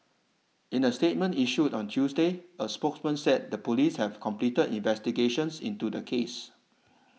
in a statement issued on Tuesday a spokesman said the police have completed investigations into the case